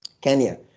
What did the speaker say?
Kenya